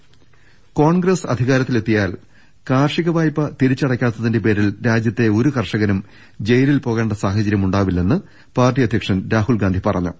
ദർവ്വട്ടങ കോൺഗ്രസ് അധികാരത്തിലെത്തിയാൽ കാർഷിക വായ്പ തിരിച്ചട യ്ക്കാത്തതിന്റെ പേരിൽ രാജ്യത്തെ ഒരു കർഷകനും ജയിലിൽ പോകേണ്ട സാഹചര്യമുണ്ടാകില്ലെന്ന് പാർട്ടി അധ്യക്ഷൻ രാഹുൽഗാന്ധി പറഞ്ഞു